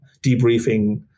debriefing